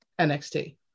NXT